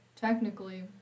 Technically